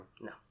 No